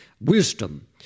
wisdom